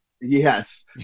Yes